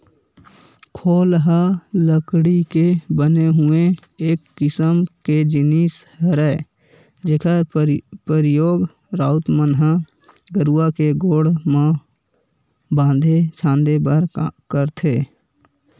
खोल ह लकड़ी के बने हुए एक किसम के जिनिस हरय जेखर परियोग राउत मन ह गरूवा के गोड़ म बांधे छांदे बर करथे